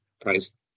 price